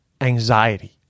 anxiety